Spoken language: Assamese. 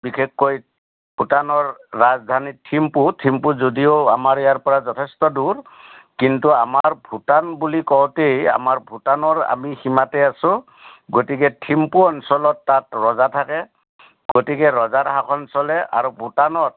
বিশেষকৈ ভূটানৰ ৰাজধানী থিম্পু থিম্পু যদিও আমাৰ ইয়াৰপৰা যথেষ্ট দূৰ কিন্তু আমাৰ ভূটান বুলি কওঁতেই আমাৰ ভূটানৰ আমি সীমাতে আছোঁ গতিকে থিম্পু অঞ্চলত তাত ৰজা থাকে গতিকে ৰজাৰ শাসন চলে আৰু ভূটানত